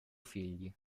figli